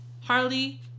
Harley